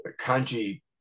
kanji